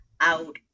out